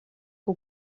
que